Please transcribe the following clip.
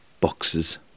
boxes